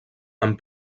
amb